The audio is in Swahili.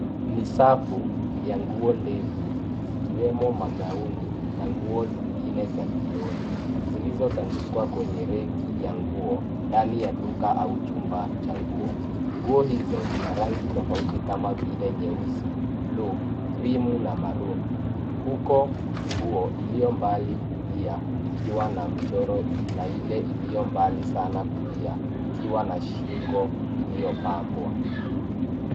Ni safu ya nguo ndefu zikiwemo magauni na nguo zingine za jioni, zilizotandikwa kwenye reki ya nguo ndani ya duka au chumba cha nguo. Nguo hizo zina rangi tofauti kama vile nyeusi, blue , krimu na maroon . Huko nguo iliyo mbali kulia ikiwa na mchoro na ile iliyo mbali sana kulia ikiwa na shingo iliyopambwa.